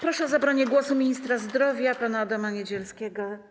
Proszę o zabranie głosu ministra zdrowia pana Adama Niedzielskiego.